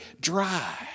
dry